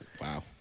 Wow